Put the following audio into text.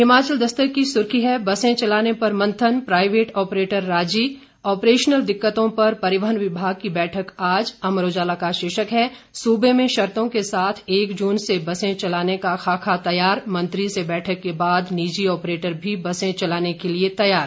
हिमाचल दस्तक की सुर्खी है बसें चलाने पर मंथन प्राईवेट ऑपरेटर राजी ऑपरेशनल दिक्कतों पर परिवहन विभाग की बैठक आज अमर उजाला का शीर्षक है सूबे में शर्तों के साथ एक जून से बसे चलाने का खाका तैयार मंत्री से बैठक के बाद निजी ऑपरेटर भी बसे चलाने के लिए तैयार